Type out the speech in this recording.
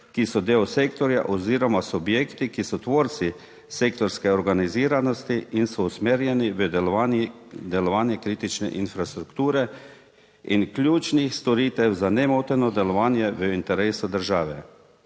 ki so del sektorja oziroma subjekti, ki so tvorci sektorske organiziranosti in so usmerjeni v delovanje kritične infrastrukture in ključnih storitev za nemoteno delovanje v interesu države.